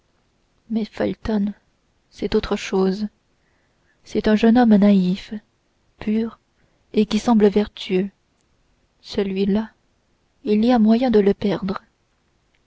mais felton c'est autre chose c'est un jeune homme naïf pur et qui semble vertueux celui-là il y a moyen de le perdre